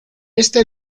este